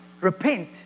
Repent